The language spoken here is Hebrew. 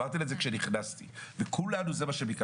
אמרתי לה את זה כשנכנסתי וכולנו זה מה שביקשנו,